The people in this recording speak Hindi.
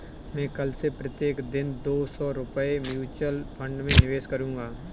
मैं कल से प्रत्येक दिन दो सौ रुपए म्यूचुअल फ़ंड में निवेश करूंगा